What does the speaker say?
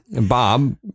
Bob